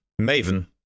Maven